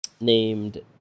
named